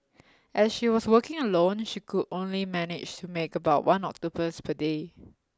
as she was working alone she could only manage to make about one octopus per day